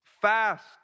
Fast